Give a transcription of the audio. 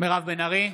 (קורא בשמות חברי הכנסת) מירב בן ארי,